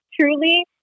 truly